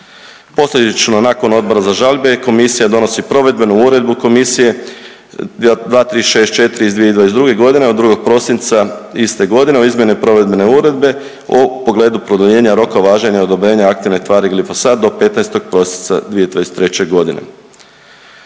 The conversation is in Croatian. Posljedično nakon Odbora za žalbe komisija donosi Provedbenu uredbu komisije 2364 iz 2022. godine od 2. prosinca iste godine o izmjeni provedbene uredbe u pogledu produljenja roka važenja odobrenja aktivne tvari glifosat do 15. prosinca 2023. godine.